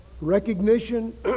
Recognition